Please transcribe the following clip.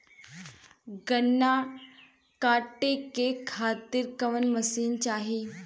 गन्ना कांटेके खातीर कवन मशीन चाही?